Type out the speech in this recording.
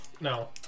No